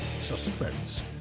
suspense